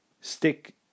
stick